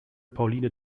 pauline